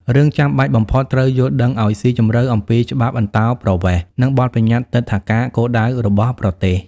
រឿងចាំបាច់បំផុត ត្រូវយល់ដឹងអោយស៊ីជម្រៅអំពីច្បាប់អន្តោប្រវេសន៍ និងបទប្បញ្ញត្តិទិដ្ឋាការគោលដៅរបស់ប្រទេស។